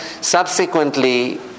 subsequently